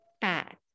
path